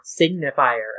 signifier